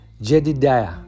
Jedidiah